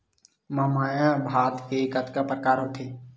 महमाया भात के कतका प्रकार होथे?